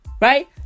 Right